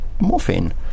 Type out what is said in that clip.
morphine